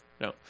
No